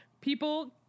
people